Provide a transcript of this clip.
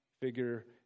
figure